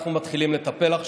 אנחנו מאבדים את